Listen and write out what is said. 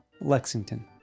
Lexington